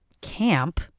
camp